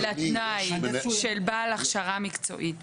לבנות את מנגנון הערעור שהוא יהיה בפני שלושה השרים הרלוונטיים הללו.